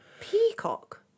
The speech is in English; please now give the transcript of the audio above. Peacock